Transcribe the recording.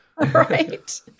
Right